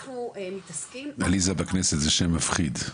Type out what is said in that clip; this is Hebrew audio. אנחנו מתעסקים --- עליזה בכנסת זה שם מפחיד,